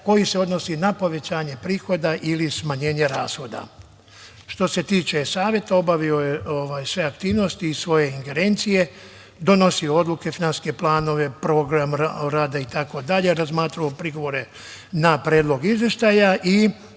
koji se odnosi na povećanje prihoda ili smanjenje rashoda. Što se tiče saveta, obavio je sve aktivnosti iz svoje ingerencije, donosio odluke, finansijske planove, program rada i tako dalje, razmatrao prigovore na predlog izveštaja i